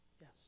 yes